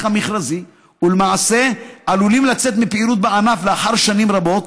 המכרזי ולמעשה עלולים לצאת מפעילות בענף לאחר שנים רבות,